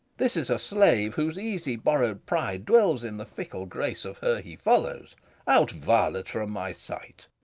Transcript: this is a slave, whose easy-borrowed pride dwells in the fickle grace of her he follows out, varlet, from my sight!